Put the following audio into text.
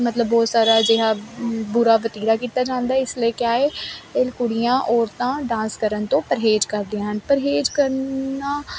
ਮਤਲਬ ਬਹੁਤ ਸਾਰਾ ਅਜਿਹਾ ਬੁਰਾ ਵਤੀਰਾ ਕੀਤਾ ਜਾਂਦਾ ਇਸ ਲਈ ਕਿਹਾ ਹ ਇਹ ਕੁੜੀਆਂ ਔਰਤਾਂ ਡਾਂਸ ਕਰਨ ਤੋਂ ਪਰਹੇਜ਼ ਕਰਦੀਆਂ ਹਨ ਪਰਹੇਜ ਕਰਨਾ